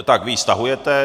Tak vy ji stahujete.